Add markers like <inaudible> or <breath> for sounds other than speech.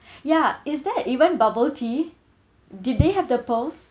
<breath> ya is that even bubble tea did they have the pearls